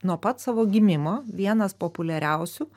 nuo pat savo gimimo vienas populiariausių